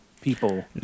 people